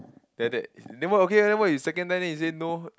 then after that then why okay leh why you second time then you say no